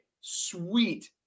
sweet